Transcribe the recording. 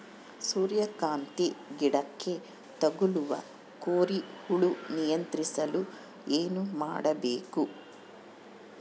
ಸೂರ್ಯಕಾಂತಿ ಗಿಡಕ್ಕೆ ತಗುಲುವ ಕೋರಿ ಹುಳು ನಿಯಂತ್ರಿಸಲು ಏನು ಮಾಡಬೇಕು?